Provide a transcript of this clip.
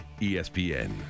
ESPN